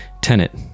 tenet